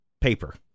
paper